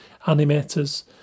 animators